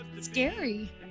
Scary